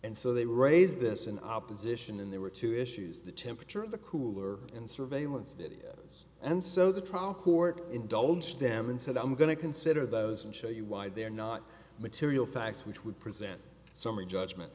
and so they raised this in opposition and there were two issues the temperature of the cooler and surveillance video and so the trial court indulged them and said i'm going to consider those and show you why they're not material facts which would present a summary judgment